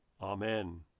Amen